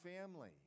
family